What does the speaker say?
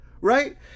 right